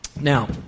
Now